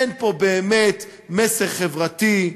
אין פה באמת מסר חברתי.